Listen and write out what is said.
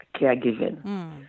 caregiving